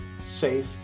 safe